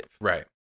Right